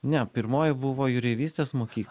ne pirmoji buvo jūreivystės mokykla